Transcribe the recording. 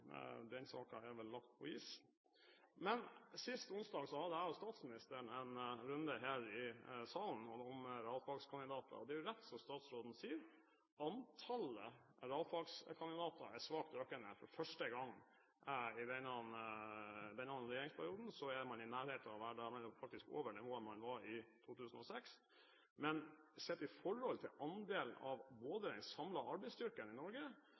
Den saken er vel lagt på is. Men sist onsdag hadde jeg og statsministeren en runde her i salen om realfagskandidater. Og det er jo rett, som statsråden sier, at antallet realfagskandidater er svakt økende. For første gang i denne regjeringsperioden er man faktisk over nivået man var på i 2006. Men sett i forhold til andel både av en samlet arbeidsstyrke i Norge